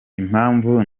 impamvu